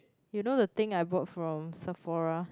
you know the thing I bought from Sephora